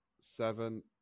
seven